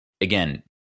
again